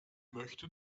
möchte